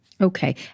Okay